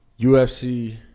UFC